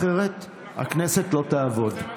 אחרת הכנסת לא תעבוד.